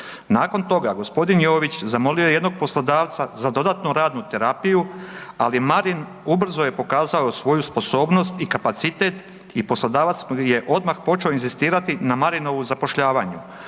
Nakon toga g. Jović zamolio je jednog poslodavca za dodatnu radnu terapiju, ali Marin ubrzo je pokazao svoju sposobnost i kapacitet i poslodavac je odmah počeo inzistirati na Marinovu zapošljavanju.